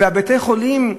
ובתי-החולים,